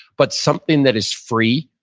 but something that is free,